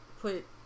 put